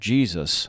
Jesus